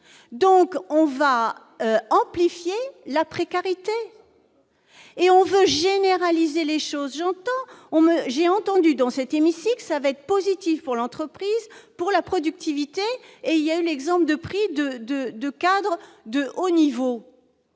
donc on va amplifier la précarité et on veut généraliser les choses, j'entends on me j'ai entendu dans cet hémicycle va positif pour l'entreprise pour la productivité et il y a eu l'exemple de prix de, de, de cadres de haut niveau